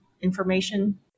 information